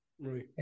Right